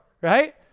right